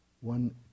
one